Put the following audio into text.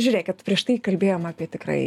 žiūrėkit kad prieš tai kalbėjom apie tikrai